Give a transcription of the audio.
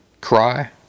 Cry